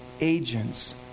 agents